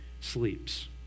sleeps